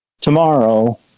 tomorrow